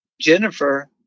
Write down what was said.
Jennifer